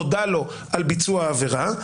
נודע לו על ביצוע עבירה,